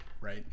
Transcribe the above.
right